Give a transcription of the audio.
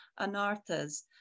Anarthas